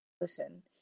listen